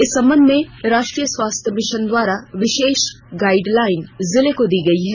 इस संबंध में राष्ट्रीय स्वास्थ्य मिशन द्वारा विशेष गाइडलाइन जिले को दी गई है